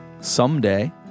Someday